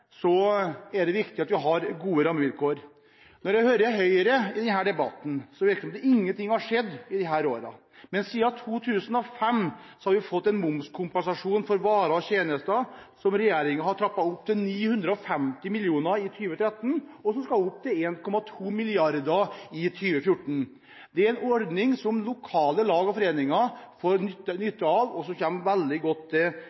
er det viktig at vi har gode rammevilkår. Når jeg hører Høyre i denne debatten, høres det ut som om ingenting har skjedd i disse årene. Men siden 2005 har vi fått en momskompensasjon for varer og tjenester som regjeringen har trappet opp til 950 mill. kr i 2013, og som skal opp til 1,2 mrd. kr i 2014. Det er en ordning som kommer lokale lag og foreninger til nytte